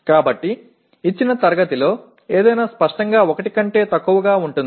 కాబట్టి ఇచ్చిన తరగతిలో ఏదైనా స్పష్టంగా 1 కంటే తక్కువగా ఉంటుంది